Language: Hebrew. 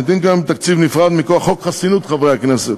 שניתנים כיום בתקציב נפרד מכוח חוק חסינות חברי הכנסת.